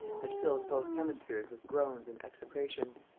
had filled both hemispheres with groans and execrations.